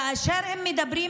כאשר הם מדברים,